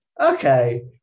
okay